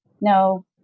No